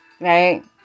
Right